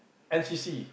N_C_C